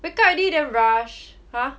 wake up already then rush !huh!